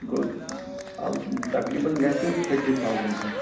گوٚو تقریباً گَژھِ تھٔٹی تھَوزنٛڈ تام